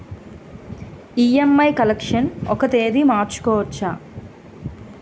EMI collection ఒక తేదీ మార్చుకోవచ్చా?